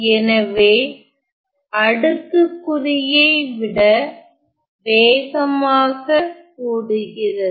எனவே அடுக்குக்குறியை விட வேகமாக கூடுகிறது